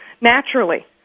naturally